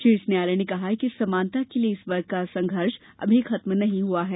शीर्ष न्यायालय ने कहा कि समानता के लिए इस वर्ग का संघर्ष अभी खत्म नहीं हआ है